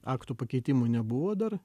aktų pakeitimų nebuvo dar